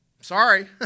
Sorry